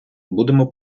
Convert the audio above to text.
будемо